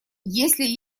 если